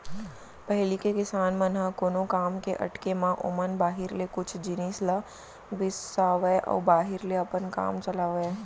पहिली के किसान मन ह कोनो काम के अटके म ओमन बाहिर ले कुछ जिनिस ल बिसावय अउ बाहिर ले अपन काम चलावयँ